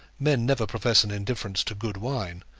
men never profess an indifference to good wine,